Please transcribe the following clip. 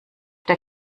der